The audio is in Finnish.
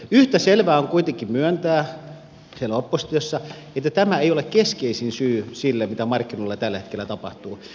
yhtä selvää on kuitenkin myöntää siellä oppositiossa että tämä ei ole keskeisin syy siihen mitä markkinoilla tällä hetkellä tapahtuu